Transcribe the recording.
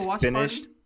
finished